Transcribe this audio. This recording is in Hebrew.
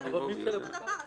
גם בהגבלה אין